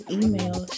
email